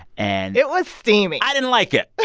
and. it was steamy i didn't like it.